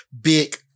big